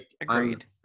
Agreed